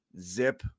zip